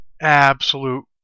absolute